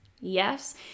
Yes